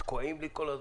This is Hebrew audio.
תקועים לי כל הזמן,